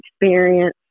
experience